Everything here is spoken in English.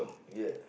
ya